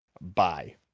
Bye